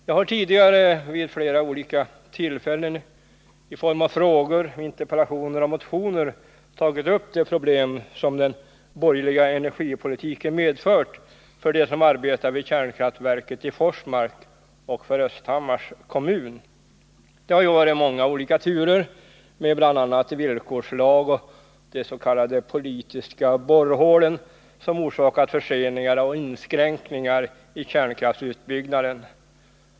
Jag har tidigare vid flera olika tillfällen i frågor, interpellationer och motioner tagit upp de problem som den borgerliga energipolitiken medfört för dem som arbetar vid kärnkraftverket i Forsmark och för Östhammars kommun. Det har ju varit många olika turer med bl.a. villkorslag och de s.k. politiska borrhålen som orsakat förseningar och inskränkningar i kärnkraftsutbyggnaden.